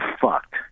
fucked